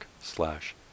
slash